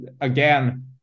again